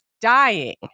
dying